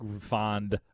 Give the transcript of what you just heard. fond